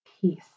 peace